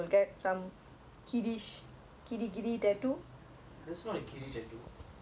that's not a kiddy tattoo it's a it's nice lah it very nice on him